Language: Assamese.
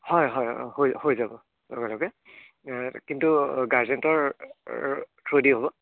হয় হয় হৈ হৈ যাব লগে লগে কিন্তু গাৰ্জেণ্টৰ থ্ৰোৱেদি হ'ব